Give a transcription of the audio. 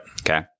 Okay